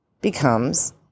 becomes